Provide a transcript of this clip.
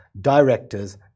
directors